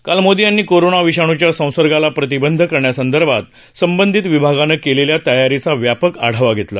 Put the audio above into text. काल मोदी यांनी कोरोना विषाणुच्या संसर्गाला प्रतिबंध करण्यासंदर्भात संबंधित विभागानं केलेल्या तयारीचा व्यापक आढावा घेतला